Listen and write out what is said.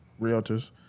realtors